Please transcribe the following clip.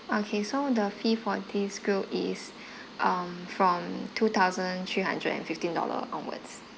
okay so the fee for this group is um from two thousand three hundred and fifteen dollar onwards